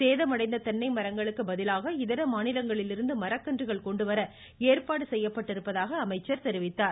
சேதமடைந்த தென்னை மரங்களுக்கு பதிலாக இதர மாநிலங்களிலிருந்து மரக்கன்றுகள் கொண்டு வர ஏற்பாடு செய்யப்பட்டிருப்பதாக அமைச்சர் கூறினார்